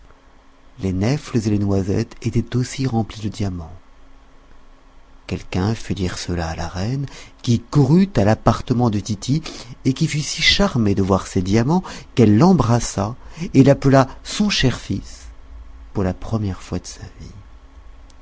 les nèfles et les noisettes étaient aussi remplies de diamans dire cela à la reine qui courut à l'appartement de tity et qui fut si charmée de voir ces diamants qu'elle l'embrassa et l'appela son cher fils pour la première fois de sa vie